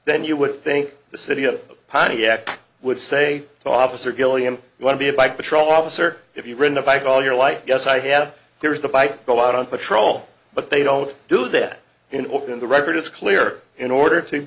then you would think the city of pontiac would say officer gilliam you want to be a bike patrol officer if you're in a bike all your life yes i have here's the bike go out on patrol but they don't do that in open the record is clear in order to